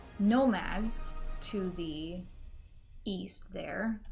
nomads to the east there,